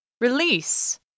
Release